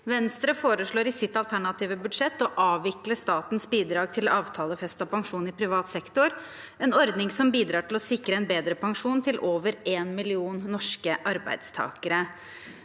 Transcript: Venstre foreslår i sitt alternative budsjett å avvikle statens bidrag til avtalefestet pensjon i privat sektor, en ordning som bidrar til å sikre en bedre pensjon til over en million norske arbeidstakere.